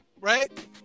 Right